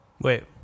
Wait